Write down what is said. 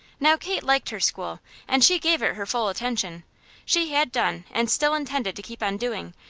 now kate liked her school and she gave it her full attention she had done, and still intended to keep on doing,